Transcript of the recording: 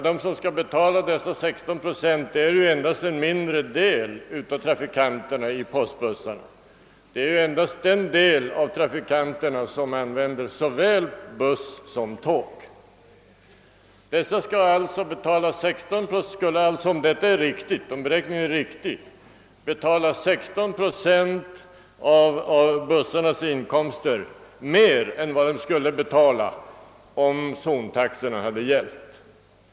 De som skall betala dessa 16 procent är ju endast en mindre del av trafikanterna i postbussarna, nämligen den del av trafikanterna som vid samma resa använder såväl buss som tåg. Dessa skall alltså, om beräkningen är riktig, betala 16 procent mer av bussarnas inkomster än vad de skulle betala, om zontaxor hade gällt.